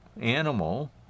animal